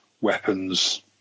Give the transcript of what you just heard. weapons